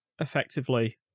effectively